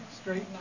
Straight